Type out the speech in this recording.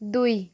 दुई